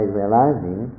realizing